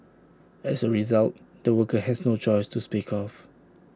as A result the worker has no choice to speak of